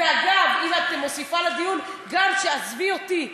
ואגב, אם את מוסיפה לדיון, עזבי אותי,